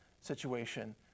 situation